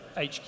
HQ